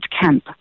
camp